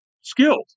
skilled